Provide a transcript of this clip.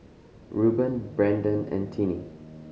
Rueben Brenden and Tinie